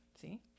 See